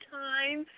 time